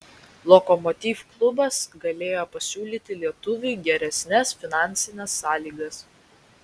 lokomotiv klubas galėjo pasiūlyti lietuviui geresnes finansines sąlygas